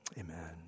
amen